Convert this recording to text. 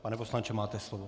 Pane poslanče, máte slovo.